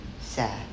sad